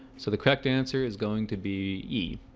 so the correct answer is going to be e